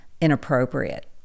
inappropriate